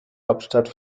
hauptstadt